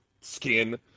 skin